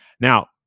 now